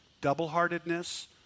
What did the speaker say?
double-heartedness